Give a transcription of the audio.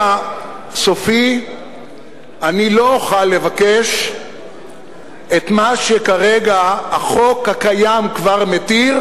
סופי אני לא אוכל לבקש את מה שכרגע החוק הקיים כבר מתיר,